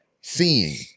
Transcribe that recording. seeing